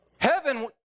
heaven